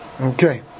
Okay